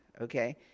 okay